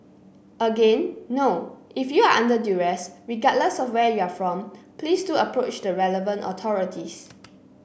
again no if you are under duress regardless of where you are from please do approach the relevant authorities